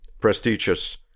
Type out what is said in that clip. prestigious